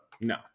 no